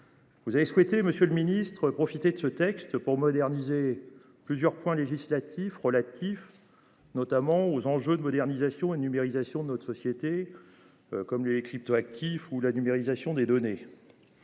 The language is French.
Vous avez souhaité, Monsieur le Ministre, profiter de ce texte pour moderniser plusieurs points législatifs relatifs notamment aux enjeux de modernisation et numérisation de notre société. Comme les cryptoactifs ou la numérisation des données.